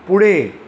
पुढे